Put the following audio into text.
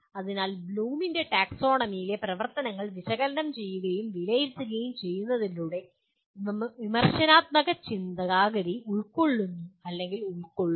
അതിനാൽ ബ്ലൂമിന്റെ ടാക്സോണമിയിലെ പ്രവർത്തനങ്ങൾ വിശകലനം ചെയ്യുകയും വിലയിരുത്തുകയും ചെയ്യുന്നതിലൂടെ വിമർശനാത്മക ചിന്താഗതി ഉൾക്കൊള്ളുന്നുഉൾക്കൊള്ളും